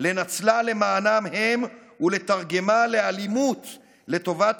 לנצלה למענם הם ולתרגמה לאלימות לטובת